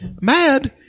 mad